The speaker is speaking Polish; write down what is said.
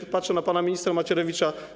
Tu patrzę na pana ministra Macierewicza.